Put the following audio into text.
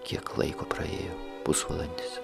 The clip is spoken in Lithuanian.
kiek laiko praėjo pusvalandis